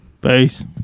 Peace